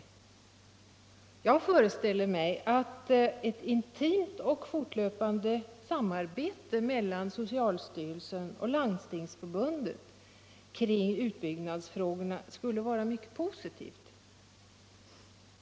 Jag föreställer mig att ett intimt och fortlöpande samarbete mellan socialstyrelsen och Landstingsförbundet i utbyggnadsfrågorna skulle vara mycket positivt.